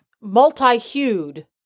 multi-hued